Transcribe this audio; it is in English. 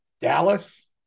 Dallas